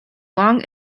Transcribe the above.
long